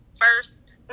first